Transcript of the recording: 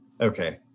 Okay